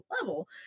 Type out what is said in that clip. level